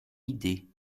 idée